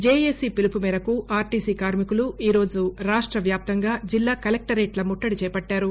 JAC పిలుపు మేరకు RTC కార్మికులు ఈ రోజు రాష్ట వ్యాప్తంగా జిల్లా కలెక్టరేట్ల ముట్టడి చేపట్టారు